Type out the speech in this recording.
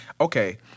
okay